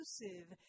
exclusive